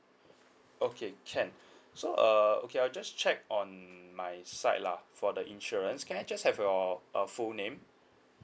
okay can so uh okay I'll just checked on my side lah for the insurance can I just have your uh full name